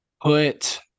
put